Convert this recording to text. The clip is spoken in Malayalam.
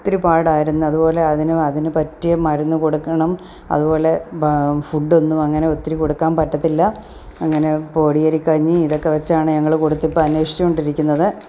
ഒത്തിരി പാടായിരുന്നു അതുപോലെ അതിനും അതിനു പറ്റിയ മരുന്നു കൊടുക്കണം അതുപോലെ ഭ ഫുഡ്ഡൊന്നും അങ്ങനെ ഒത്തിരി കൊടുക്കാൻ പറ്റത്തില്ല അങ്ങനെ പൊടിയരിക്കഞ്ഞി ഇതൊക്കെ വെച്ചാണ് ഞങ്ങൾ കൊടുത്ത് ഇപ്പോൾ അന്വേഷിച്ചു കൊണ്ടിരിക്കുന്നത്